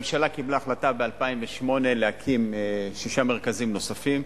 הממשלה קיבלה החלטה ב-2008 להקים שישה מרכזים נוספים